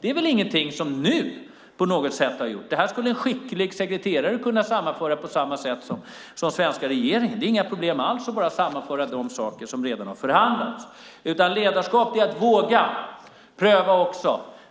Det är väl ingenting som ni har gjort. Det här skulle en skicklig sekreterare kunna sammanföra på samma sätt som svenska regeringen. Det är inga problem alls att bara sammanföra de saker som redan har förhandlats. Ledarskap är att våga och att pröva.